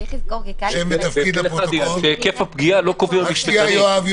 היקף הפגיעה לא --- יואב.